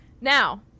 Now